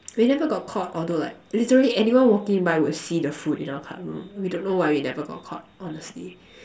we never got caught although like literally anyone walking by would see the food in our club room we don't know why we never got caught honestly